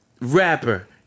rapper